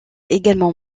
également